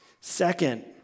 Second